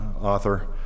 author